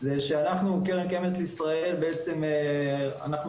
זה שאנחנו קרן קיימת לישראל בעצם אנחנו